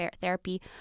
therapy